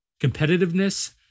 competitiveness